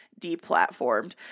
deplatformed